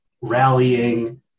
rallying